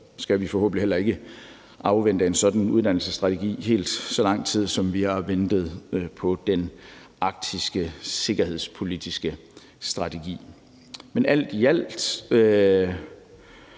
skal vi forhåbentlig heller ikke afvente en sådan uddannelsesstrategi helt så lang tid, som vi har ventet på den arktiske sikkerhedspolitiske strategi. Men alt i alt